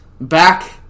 Back